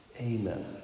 Amen